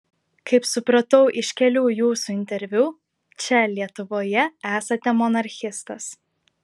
kaip supratau iš kelių jūsų interviu čia lietuvoje esate monarchistas